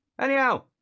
Anyhow